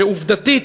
ועובדתית